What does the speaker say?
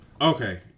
okay